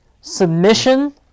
submission